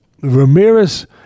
Ramirez